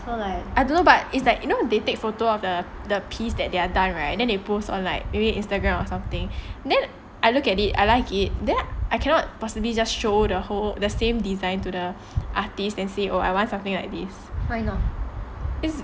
I don't know but like you know it's like they take photo of the piece that they are done right and they post it on Instagram or something then I look at it I like it but can't possibly show it to the artist and say oh I want this